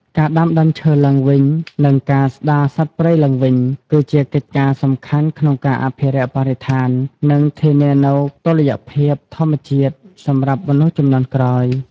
ការដាំដើមឈើឡើងវិញ និងការស្ដារសត្វព្រៃឡើងវិញ គឺជាកិច្ចការសំខាន់ក្នុងការអភិរក្សបរិស្ថាន និងធានានូវតុល្យភាពធម្មជាតិសម្រាប់មនុស្សជំនាន់ក្រោយ។